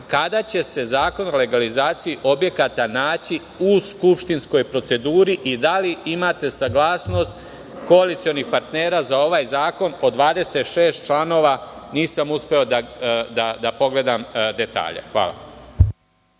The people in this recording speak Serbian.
kada će se zakon o legalizaciji objekata naći u skupštinskoj proceduri i da li imate saglasnost koalicionih partnera za ovaj zakon po 26 članova? Nisam uspeo da pogledam detalje. Hvala.